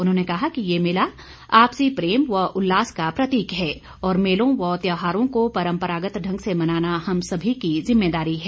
उन्होंने कहा कि ये मेला आपसी प्रेम व उल्लास का प्रतीक है और मेलों व त्यौहारों को परम्परागत ढंग से मनाना हम सभी की जिम्मेदारी है